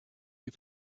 you